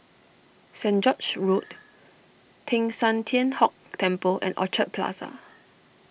Saint George's Road Teng San Tian Hock Temple and Orchard Plaza